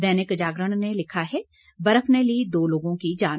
दैनिक जागरण ने लिखा हैं बर्फ ने ली दो लोगों की जान